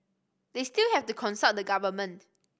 they still have to consult the government